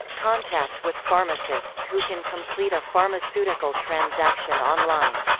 contact with pharmacists who can complete a pharmaceutical transaction online.